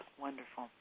Wonderful